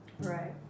Right